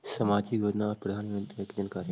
समाजिक योजना और प्रधानमंत्री योजना की जानकारी?